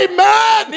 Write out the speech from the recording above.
Amen